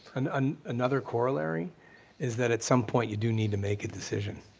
and um another corollary is that at some point you do need to make a decision.